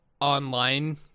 online